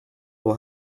will